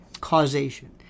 causation